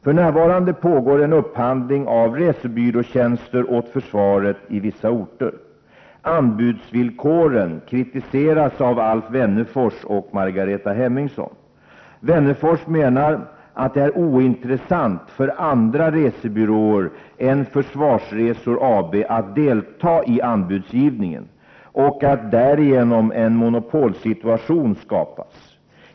För närvarande pågår en upphandling av resebyråtjänster åt försvaret i vissa orter. Anbudsvillkoren kritiseras av Alf Wennerfors och Margareta Hemmingsson. Wennerfors menar att det är ointressant för andra resebyråer än Försvarsresor AB att delta i anbudsgivningen och att därigenom en monopolsituation skapas.